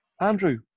Andrew